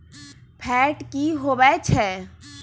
Fat की होवछै?